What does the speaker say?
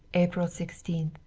april sixteen.